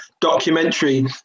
documentary